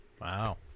Wow